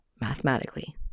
mathematically